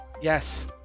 yes